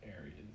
areas